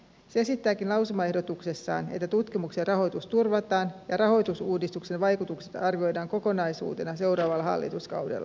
se esittääkin lausumaehdotuksessaan että tutkimuksen rahoitus turvataan ja rahoitusuudistuksen vaikutukset arvioidaan kokonaisuutena seuraavalla hallituskaudella